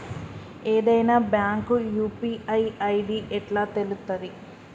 ఏదైనా bank UPI ID ఎట్లా తెలుత్తది?